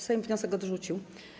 Sejm wniosek odrzucił.